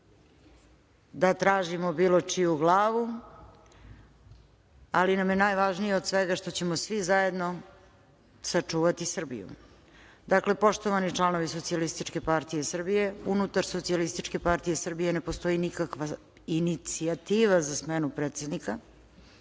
da tražimo bilo čiju glavu, ali nam je najvažnije od svega što ćemo svi zajedno sačuvati Srbiju. Dakle, poštovani članovi Socijalističke partije Srbije, unutar Socijalističke partije Srbije ne postoji nikakva inicijativa za smenu predsednika.